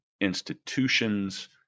institutions